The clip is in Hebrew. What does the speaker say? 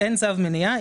אין צו מניעה.